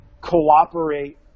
cooperate